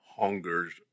hungers